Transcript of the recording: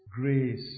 Grace